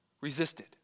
resisted